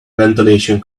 ventilation